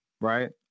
right